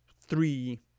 three